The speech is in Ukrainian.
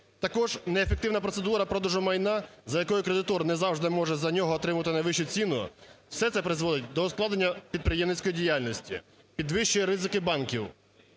Також неефективна процедура продажу майна, за якою кредитор не завжди може за нього отримати найвищу ціну. все це призводить до ускладнення підприємницької діяльності, підвищує ризики банків